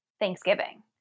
Thanksgiving